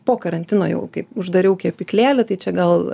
po karantino jau kai uždariau kepyklėlę tai čia gal